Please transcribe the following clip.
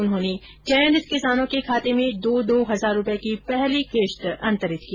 उन्होंने चयनित किसानों के खाते में दो दो हजार रूपए की पहली किस्त अंतरित की